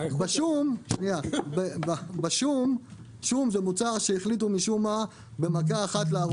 השום הוא מוצר שהחליטו משום מה במכה אחת להרוג.